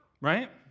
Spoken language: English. right